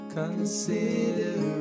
consider